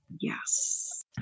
Yes